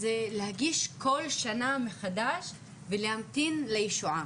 זה להגיש כל שנה מחדש ולהמתין לישועה,